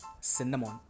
cinnamon